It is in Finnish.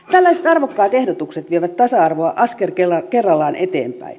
tällaiset arvokkaat ehdotukset vievät tasa arvoa askel kerrallaan eteenpäin